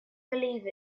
believe